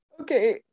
Okay